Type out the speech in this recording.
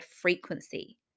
frequency